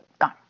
gone